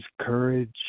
courage